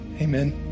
Amen